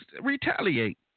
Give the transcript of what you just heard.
retaliate